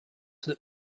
that